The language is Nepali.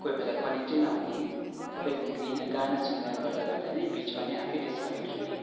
कही बेला कनेक्टै नहुने तपाईँको गिन गाना सुन्दा गर्दा गर्दा नै बिचमा नै आफै डिस्कनेक्ट हुने